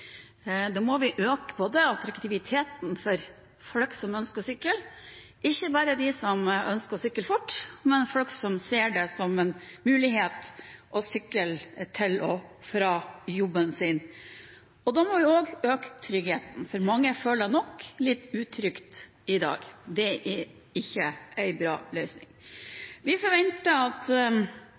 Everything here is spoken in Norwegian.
Da må vi øke attraktiviteten for folk som ønsker å sykle, ikke bare for dem som ønsker å sykle fort, men for folk som ser det som en mulighet å sykle til og fra jobben. Da må vi også øke tryggheten, for mange føler det nok litt utrygt i dag. Det er ikke en bra løsning. Vi forventer at